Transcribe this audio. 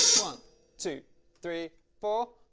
one two three four.